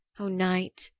o night,